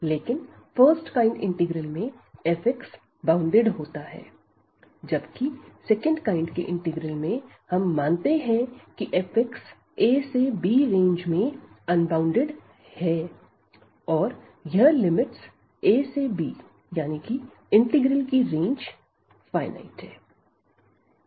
लेकिन first kind integral में f bounded होता है जब कि सेकंड काइंड के इंटीग्रल में हम मानते हैं कि f a से b रेंज में अनबॉउंडेड है और यह लिमिट्स a से b यानी कि इंटीग्रल की रेंज फाइनाइट है